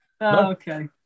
okay